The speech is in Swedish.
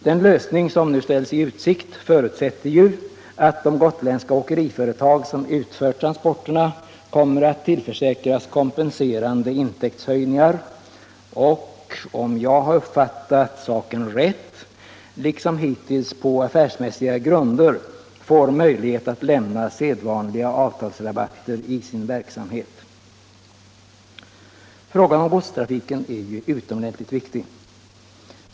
Den lösning som nu ställs i utsikt förutsätter ju att de gotländska åkeriföretag som utför transporterna kommer att tillförsäkras kompenserande intäktshöjningar och — om jag har fattat saken rätt — liksom hittills på affärsmässiga grunder får möjlighet att lämna sedvanliga avtalsrabatter i sin verksamhet. Frågan om godstrafiken är ju utomordentligt viktig.